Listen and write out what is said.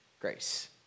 grace